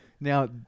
Now